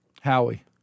Howie